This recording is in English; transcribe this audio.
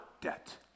debt